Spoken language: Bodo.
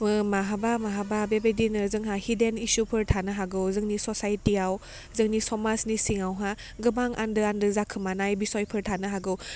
माहाबा माहाबा बेबादिनो जोंहा हिदेन इसुफोर थानो हागौ जोंनि ससाइटिआव जोंनि समाजनि सिङावहा गोबां आन्दो आन्दो जाखोमानाय बिसयफोर थानो हागौ